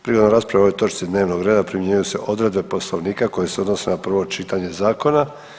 Prigodom rasprave o ovoj točki dnevnog reda primjenjuju se odredbe Poslovnika koje se odnose na prvo čitanje zakona.